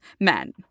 men